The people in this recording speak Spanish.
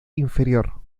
inferior